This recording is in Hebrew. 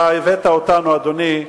אתה הבאת אותנו, אדוני,